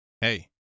Hey